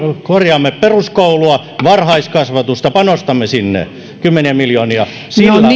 korjaamme peruskoulua varhaiskasvatusta panostamme sinne kymmeniä miljoonia sillä on